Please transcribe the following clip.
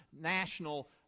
national